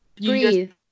Breathe